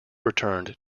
returned